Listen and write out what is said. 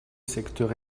secteurs